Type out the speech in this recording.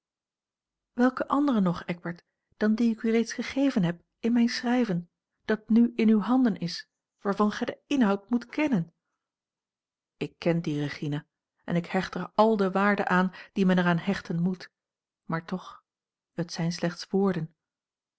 welke andere nog eckbert dan die ik u reeds gegeven heb in mijn schrijven dat n in uwe handen is waarvan gij den inhoud moet kennen ik ken dien regina en ik hecht er al de waarde aan die men er aan hechten moet maar toch het zijn slechts woorden